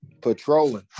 patrolling